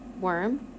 Worm